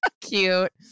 Cute